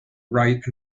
write